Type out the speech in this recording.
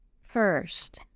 first